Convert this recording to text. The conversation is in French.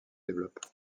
développe